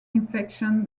infection